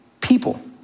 people